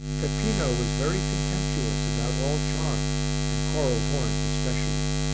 peppino was very contemptuous about all charms and coral horns especially.